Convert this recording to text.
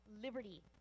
liberty